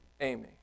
Amy